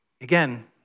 Again